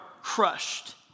crushed